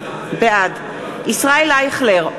בעד ישראל אייכלר,